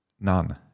None